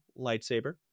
lightsaber